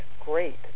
great